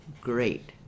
great